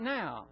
now